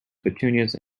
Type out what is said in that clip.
petunias